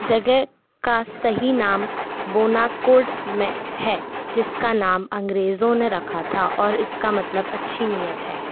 जगह का सही नाम में है जिसका नाम अंग्रेज़ों ने रखा था और इसका मतलब अच्छी नीयत है